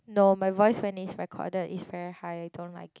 no my voice when it's recorded is very high I don't like it